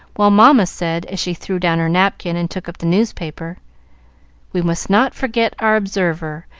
while mamma said, as she threw down her napkin and took up the newspaper we must not forget our observer,